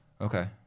Okay